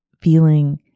feeling